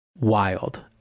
Wild